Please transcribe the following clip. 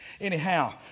Anyhow